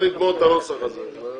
נגמור את הנוסח הזה.